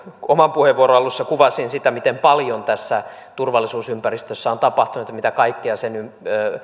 oman puheenvuoron alussa kuvasin sitä miten paljon tässä turvallisuusympäristössä on tapahtunut ja mitä kaikkea sen